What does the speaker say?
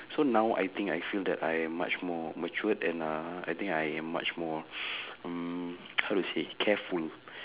so now I think I feel that I am much more matured and uh I think I am much more mm how to say careful